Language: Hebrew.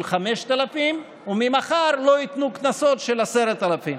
5,000 ש"ח וממחר לא ייתנו קנסות של 10,000 ש"ח.